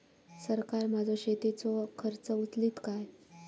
सरकार माझो शेतीचो खर्च उचलीत काय?